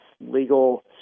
legal